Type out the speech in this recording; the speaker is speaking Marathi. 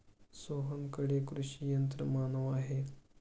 सोहनकडे कृषी यंत्रमानव आहे